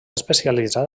especialitzat